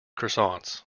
croissants